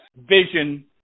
vision